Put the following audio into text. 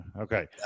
okay